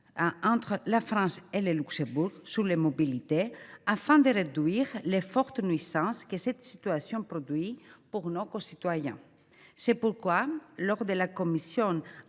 entre la France et le Luxembourg sur les mobilités, afin de réduire les fortes nuisances que cette situation produit pour nos concitoyens. C’est pourquoi, lors de la commission